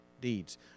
deeds